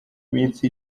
minsi